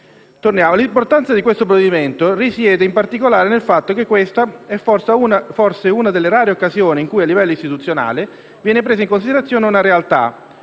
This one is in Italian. L'importanza del disegno di legge risiede in particolare nel fatto che questa è forse una delle rare occasioni in cui, a livello istituzionale, viene presa in considerazione una realtà